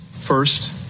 First